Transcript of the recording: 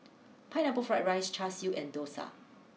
Pineapple Fried Rice Char Siu and Dosa